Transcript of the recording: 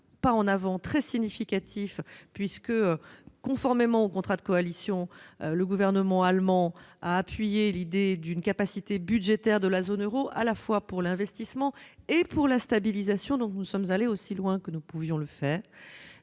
pas en avant très significatif puisque, conformément au contrat de coalition, le gouvernement allemand a appuyé l'idée d'une capacité budgétaire de la zone euro à la fois pour l'investissement et pour la stabilisation. Nous sommes donc allés aussi loin que nous pouvions le faire.